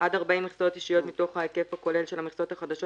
עד 40 מכסות אישיות מתוך ההיקף הכולל של המכסות החדשות